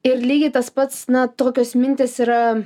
ir lygiai tas pats na tokios mintys yra